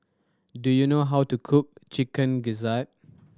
do you know how to cook Chicken Gizzard